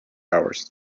hours